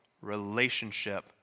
relationship